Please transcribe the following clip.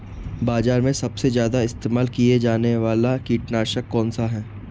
बाज़ार में सबसे ज़्यादा इस्तेमाल किया जाने वाला कीटनाशक कौनसा है?